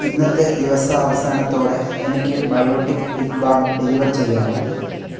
ഇന്നത്തെ ദിവസാവസാനത്തോടെ എനിക്ക് ബയോട്ടിക് ലിപ് ബാം ഡെലിവർ ചെയ്യാമോ